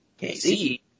KC